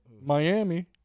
Miami